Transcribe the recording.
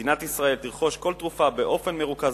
שמדינת ישראל תרכוש כל תרופה באופן מרוכז,